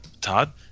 Todd